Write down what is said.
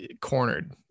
cornered